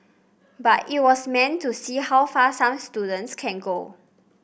but it was meant to see how far some students can go